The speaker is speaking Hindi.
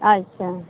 अच्छा